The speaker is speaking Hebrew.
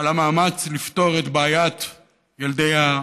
על המאמץ לפתור את בעיית ילדי,